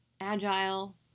agile